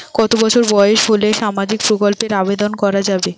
কত বছর বয়স হলে সামাজিক প্রকল্পর আবেদন করযাবে?